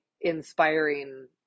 inspiring